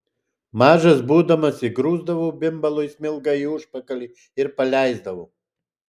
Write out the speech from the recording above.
mažas būdamas įgrūsdavau bimbalui smilgą į užpakalį ir paleisdavau